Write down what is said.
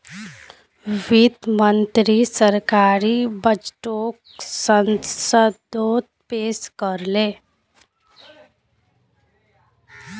वित्त मंत्री सरकारी बजटोक संसदोत पेश कर ले